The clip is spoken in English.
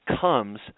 comes